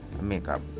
makeup